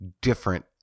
different